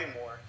more